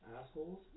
assholes